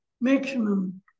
maximum